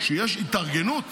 כשיש התארגנות